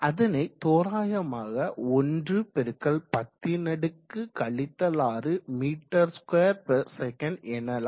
அதனை தோராயமாக 1 × 10 6 m2 s எனலாம்